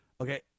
Okay